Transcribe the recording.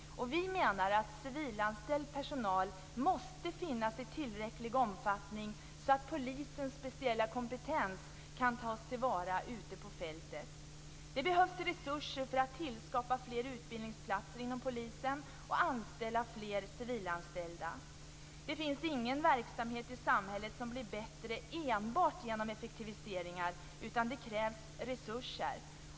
Vi menar att civilanställd personal måste finnas i tillräcklig omfattning så att polisens speciella kompetens kan tas till vara ute på fältet. Det behövs resurser för att tillskapa fler utbildningsplatser inom polisen och anställa fler civilanställda. Det finns ingen verksamhet i samhället som blir bättre enbart genom effektiviseringar, utan det krävs resurser.